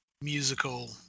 musical